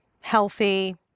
healthy